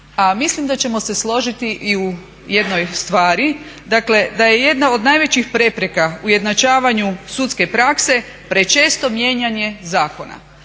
a mislim da ćemo se složiti i u jednoj stvari. Dakle da je jedna od najvećih prepreka ujednačavanju sudske prakse prečesto mijenjanje zakona.